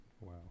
Wow